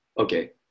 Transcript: Okay